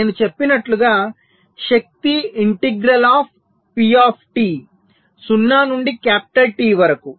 నేను చెప్పినట్లుగా శక్తి ఇంటెగ్రల్ ఆఫ్ పిటి 0 నుండి కాపిటల్ టి వరకు